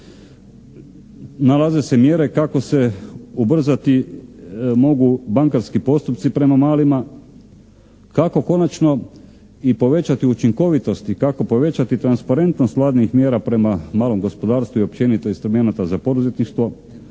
nalaze se mjere kako se ubrzati mogu bankarski postupci prema malima, kako konačno i povećati učinkovitost i kako povećati transparentnost Vladinih mjera prema malom gospodarstvu i općenito instrumenata za poduzetništvo,